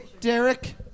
Derek